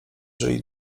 żyli